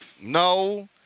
No